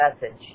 message